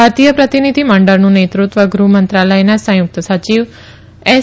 ભારતીય પ્રતિનીધિમંડળનું નેતૃત્વ ગૃહ મંત્રાલયના સંંયુકત સચિવ એસ